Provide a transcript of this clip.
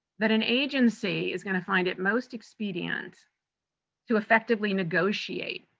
that an agency is gonna find it most expedient to effectively negotiate